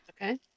Okay